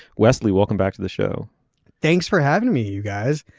wesley welcome back to the show thanks for having me. you guys.